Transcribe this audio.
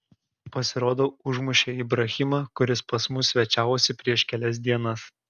pasirodo užmušė ibrahimą kuris pas mus svečiavosi prieš kelias dienas